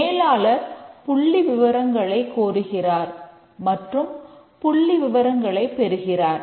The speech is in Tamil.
மேலாளர் புள்ளி விவரங்களைக் கோருகிறார் மற்றும் புள்ளி விவரங்களைப் பெறுகிறார்